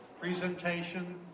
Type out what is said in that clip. presentation